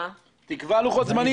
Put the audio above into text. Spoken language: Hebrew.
תקבע לוחות זמנים.